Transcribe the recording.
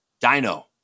Dino